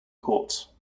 court